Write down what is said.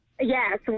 yes